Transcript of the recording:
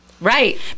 right